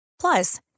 Plus